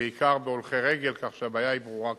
ובעיקר בהולכי רגל, כך שהבעיה היא ברורה כאן.